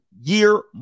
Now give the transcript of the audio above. year